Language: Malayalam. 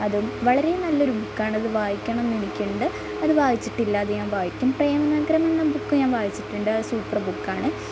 അതും വളരെ നല്ലൊരു ബുക്കാണ് അതും വായിക്കണം എന്നെനിക്ക്ണ ഉണ്ട് അത് വായിച്ചിട്ടില്ല അത് ഞാൻ വായിക്കും പ്രേമനഗരം എന്ന ബുക്ക് ഞാൻ വായിച്ചിട്ടുണ്ട് അത് സൂപ്പർ ബുക്കാണ്